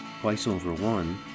TwiceOverOne